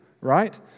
right